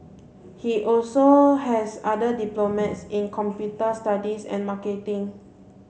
he also has other diplomas in computer studies and marketing